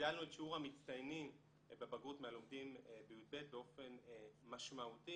הגדלנו את שיעור המצטיינים בבגרות מהלומדים בי"ב באופן משמעותי,